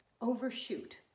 overshoot